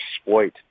exploit